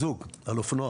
זוג על אופנוע